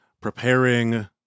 preparing